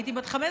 הייתי בת 15,